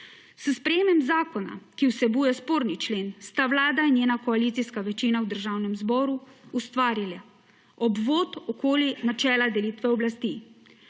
S sprejetjem zakona, ki vsebuje sporni člen, sta vlada in njena koalicijska večina v državnem zboru ustvarili obvod okoli načela delitve oblasti.